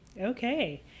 Okay